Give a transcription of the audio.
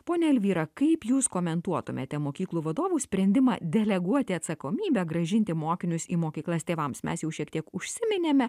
ponia elvyra kaip jūs komentuotumėte mokyklų vadovų sprendimą deleguoti atsakomybę grąžinti mokinius į mokyklas tėvams mes jau šiek tiek užsiminėme